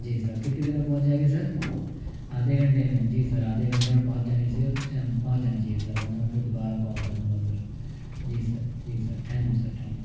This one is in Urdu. جی سر کتنی دیر میں پہنچ جائے گی سر آدھے گھنٹے میں جی سر آدھے گھنٹے میں پہنچ جانے چاہئیں پہنچ جانے چاہئیں سر ورنہ پھر میں دوبارہ کال کروں گا سر جی سر جی sir thank you sir thank you